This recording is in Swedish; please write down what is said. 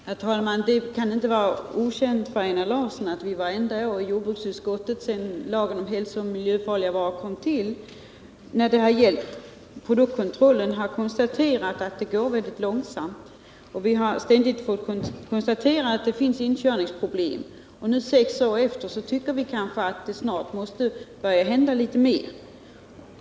Herr talman! Det kan inte vara okänt för Einar Larsson att vi vartenda år i jordbruksutskottet sedan lagen om hälsooch miljöfarliga varor kom till har konstaterat att det går väldigt långsamt när det gäller produktkontrollen. Vi har ständigt fått konstatera att det finns inkörningsproblem. Nu, efter sex år, tycker vi att det snart måste börja hända litet mer.